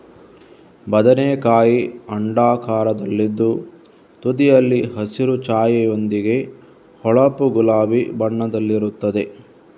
ಬದನೆಕಾಯಿ ಅಂಡಾಕಾರದಲ್ಲಿದ್ದು ತುದಿಯಲ್ಲಿ ಹಸಿರು ಛಾಯೆಯೊಂದಿಗೆ ಹೊಳಪು ಗುಲಾಬಿ ಬಣ್ಣದಲ್ಲಿರುತ್ತದೆ